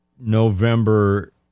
November